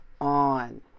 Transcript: on